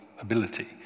ability